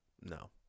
no